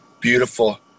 Beautiful